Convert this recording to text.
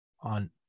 on